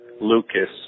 Lucas